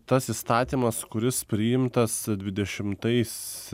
tas įstatymas kuris priimtas dvidešimtais